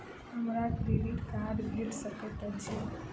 हमरा credit card भेट सकैत अछि?